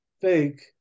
fake